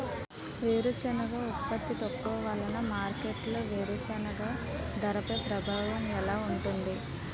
వేరుసెనగ ఉత్పత్తి తక్కువ వలన మార్కెట్లో వేరుసెనగ ధరపై ప్రభావం ఎలా ఉంటుంది?